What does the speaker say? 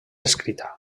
escrita